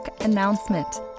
announcement